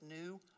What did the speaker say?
new